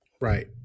Right